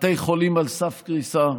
בתי חולים על סף קריסה,